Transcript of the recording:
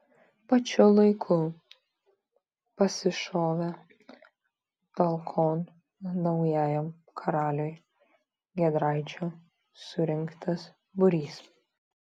pačiu laiku pasišovė talkon naujajam karaliui giedraičio surinktas būrys